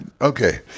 okay